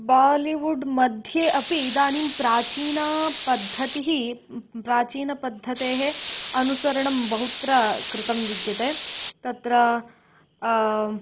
बालिवुड् मध्ये अपि इदानीं प्राचीनापद्धतिः प्राचीनपद्धतेः अनुसरणं बहुत्र कृतं विद्यते तत्र